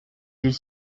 les